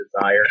desire